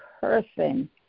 person